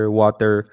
water